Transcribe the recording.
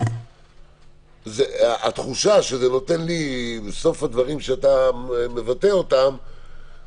התחושה של הדברים שאתה מבטא נותנת לי